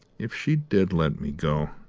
if she did let me go,